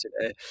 today